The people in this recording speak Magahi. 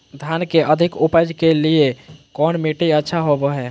धान के अधिक उपज के लिऐ कौन मट्टी अच्छा होबो है?